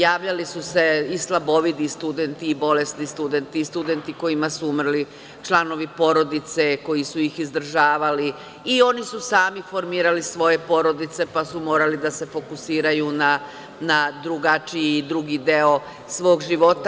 Javljali su se i slabovidi studenti, bolesni studenti, studenti kojima su umrli članovi porodice koji su ih izdržavali, i oni su sami formirali svoje porodice, pa su morali da se fokusiraju na drugačiji i drugi deo svog života.